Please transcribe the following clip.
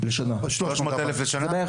זה בערך